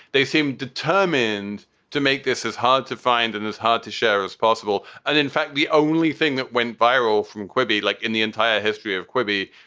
they seemed determined to make this as hard to find and as hard to share as possible. and in fact, the only thing that went viral from quimby, like in the entire history of quimby,